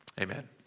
Amen